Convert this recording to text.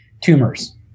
Tumors